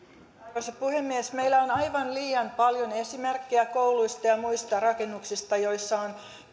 arvoisa puhemies meillä on aivan liian paljon esimerkkejä kouluista ja muista rakennuksista joissa on